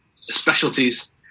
specialties